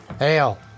Ale